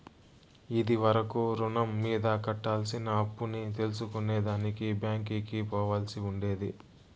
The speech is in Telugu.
ఇది వరకు రుణం మీద కట్టాల్సిన అప్పుని తెల్సుకునే దానికి బ్యాంకికి పోవాల్సి ఉండేది